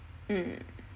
mm